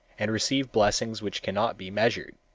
and receive blessings which cannot be measured.